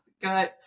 got